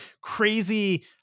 crazy